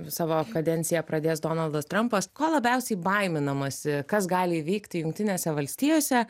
savo kadenciją pradės donaldas trampas ko labiausiai baiminamasi kas gali įvykti jungtinėse valstijose